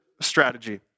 strategy